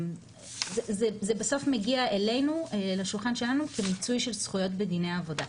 זה בסוף מגיע אלינו לשולחן שלנו כמיצוי של זכויות בדיני עבודה.